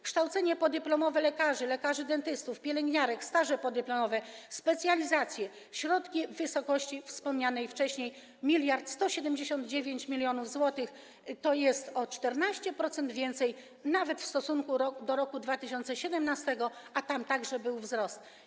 Kształcenie podyplomowe lekarzy, lekarzy dentystów, pielęgniarek, staże podyplomowe, specjalizacje - środki w wysokości wspomnianej wcześniej, tj. 1179 mln zł, czyli o 14% więcej nawet w stosunku do roku 2017, a tam także był wzrost.